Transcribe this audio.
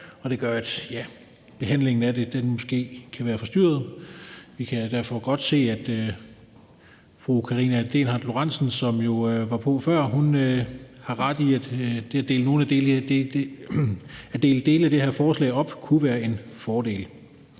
det gør, at behandlingen af det måske kan være forstyrret. Vi kan derfor godt se, at fru Karina Lorentzen Dehnhardt, som jo var på før, har ret i, at det kunne være en fordel